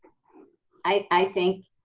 i think